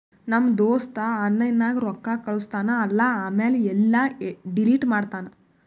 ನಮ್ ದೋಸ್ತ ಆನ್ಲೈನ್ ನಾಗ್ ರೊಕ್ಕಾ ಕಳುಸ್ತಾನ್ ಅಲ್ಲಾ ಆಮ್ಯಾಲ ಎಲ್ಲಾ ಡಿಲೀಟ್ ಮಾಡ್ತಾನ್